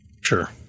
Sure